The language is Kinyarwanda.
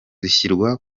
zishyirwa